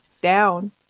down